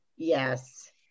yes